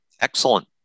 Excellent